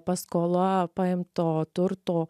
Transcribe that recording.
paskola paimto turto